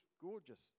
gorgeous